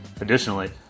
Additionally